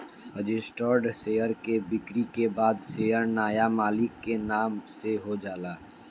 registered share के बिक्री के बाद शेयर नाया मालिक के नाम से हो जाला